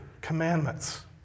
commandments